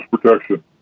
protection